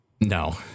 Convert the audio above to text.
No